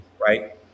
right